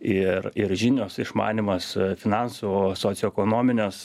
ir ir žinios išmanymas finansų socioekonominės